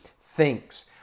thinks